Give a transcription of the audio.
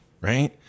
right